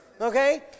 Okay